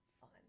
fun